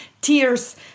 tears